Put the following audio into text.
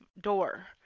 door